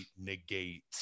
negate